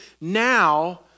now